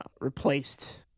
replaced